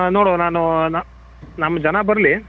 ನೋಡುವ ನಾನು ನ ನಮ್ಮ ಜನ ಬರಲಿ